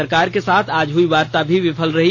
सरकार के साथ आज हुई वार्ता भी विफल रही